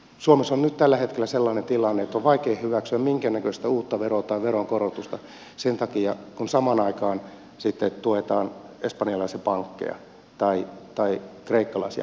suomessa on nyt tällä hetkellä sellainen tilanne että on vaikea hyväksyä minkäännäköistä uutta veroa tai veronkorotusta sen takia kun samaan aikaan sitten tuetaan espanjalaisia pankkeja tai kreikkalaisia pankkeja